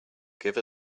give